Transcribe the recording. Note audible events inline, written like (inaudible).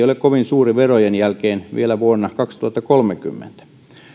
(unintelligible) ole kovin suuri verojen jälkeen vielä vuonna kaksituhattakolmekymmentä